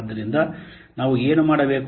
ಆದ್ದರಿಂದ ನಾವು ಏನು ಮಾಡಬೇಕು